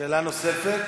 שאלה נוספת?